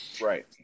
Right